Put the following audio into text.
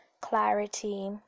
clarity